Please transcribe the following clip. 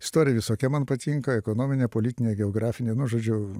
istorija visokia man patinka ekonominė politinė geografinė nu žodžiu